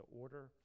order